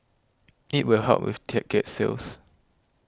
it will help with ticket sales